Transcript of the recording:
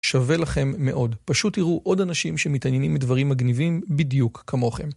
שווה לכם מאוד, פשוט תראו עוד אנשים שמתעניינים בדברים מגניבים בדיוק כמוכם.